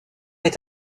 est